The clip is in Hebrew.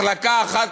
מחלקה אחת?